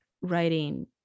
writing